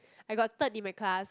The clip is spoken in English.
I got third in my class